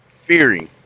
fearing